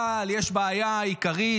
אבל יש בעיה עיקרית,